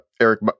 Eric